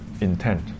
intent